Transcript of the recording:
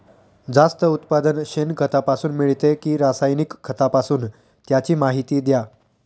जास्त उत्पादन शेणखतापासून मिळते कि रासायनिक खतापासून? त्याची माहिती द्या